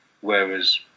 whereas